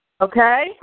Okay